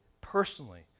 personally